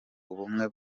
ubumwe